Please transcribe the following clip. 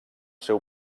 seu